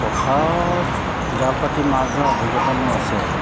পথাৰত জাল পাতি মাছ ধৰা অভিজ্ঞতা মোৰ আছে